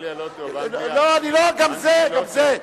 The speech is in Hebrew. לא, אנגליה לא טוב, אנגליה, גם זה, גם זה.